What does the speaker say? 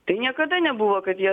tai niekada nebuvo kad jie